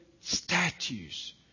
statues